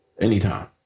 anytime